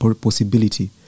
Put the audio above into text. possibility